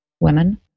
women